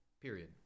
Period